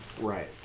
Right